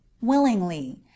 willingly